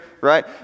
right